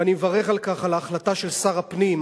ואני מברך על ההחלטה של שר הפנים,